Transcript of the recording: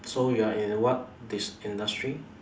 so you are in what industry